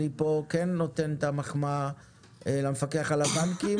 אני פה כן נותן את המחמאה למפקח על הבנקים,